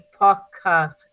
podcast